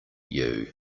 you